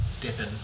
dipping